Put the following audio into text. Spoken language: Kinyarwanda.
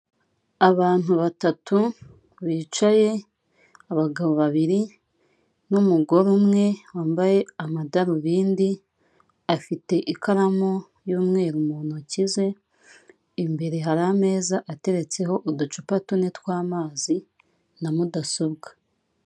Abantu batatu bicaye, abagabo babiri n'umugore umwe wambaye amadarubindi, afite ikaramu y'umweru mu ntoki ze, imbere hari ameza ateretseho uducupa tune tw'amazi ndetse na mudasobwa.